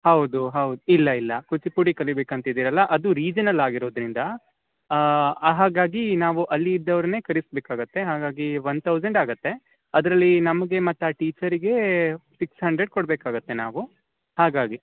ಹೌದು ಹೌದು ಇಲ್ಲ ಇಲ್ಲ ಕೂಚಿಪುಡಿ ಕಲಿಬೇಕು ಅಂತಿದೀರಲ್ಲ ಅದು ರಿಜನಲ್ ಆಗಿರೋದರಿಂದ ಹಾಗಾಗಿ ನಾವು ಅಲ್ಲಿ ಇದ್ದವ್ರನ್ನೆ ಕರೆಸ್ಬೇಕಾಗುತ್ತೆ ಹಾಗಾಗಿ ಒನ್ ತೌಸಂಡ್ ಆಗುತ್ತೆ ಅದರಲ್ಲಿ ನಮಗೆ ಮತ್ತು ಆ ಟೀಚರಿಗೇ ಸಿಕ್ಸ್ ಹಂಡ್ರೆಡ್ ಕೊಡ್ಬೇಕು ಆಗುತ್ತೆ ನಾವು ಹಾಗಾಗಿ